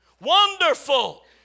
Wonderful